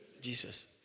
Jesus